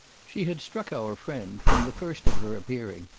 she had struck our friend, from the first of her appearing,